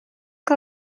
que